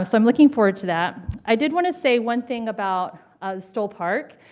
ah so i'm looking forward to that. i did want to say one thing about the stoll park.